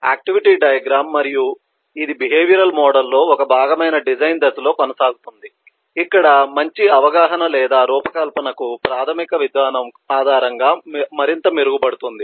activity diagram మరియు ఇది behavioural model లో ఒక భాగమైన డిజైన్ దశలో కొనసాగుతుంది ఇక్కడ మంచి అవగాహన లేదా రూపకల్పనకు ప్రాథమిక విధానం ఆధారంగా మరింత మెరుగుపరచబడుతుంది